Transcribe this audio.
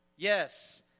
Yes